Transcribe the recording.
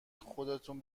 خودتون